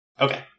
Okay